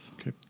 Okay